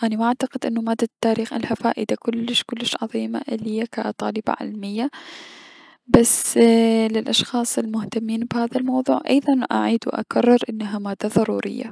اني ما اعتقد انو مادة التاريخ الها فائدة كلش كلش عظيمة اليا كطالبة علمية بس للأشخاص المهتمين بهذا الموضوع ايضا اعيد و اكرر انها مادة ضرورية.